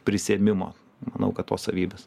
prisiėmimo manau kad tos savybės